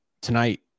Tonight